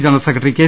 general secretary K